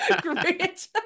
Great